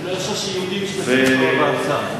הוא לא הרשה שיהודים ישתתפו בהרצאה.